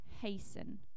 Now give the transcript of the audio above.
hasten